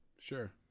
Sure